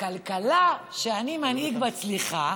הכלכלה שאני מנהיג מצליחה.